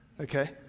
Okay